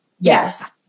Yes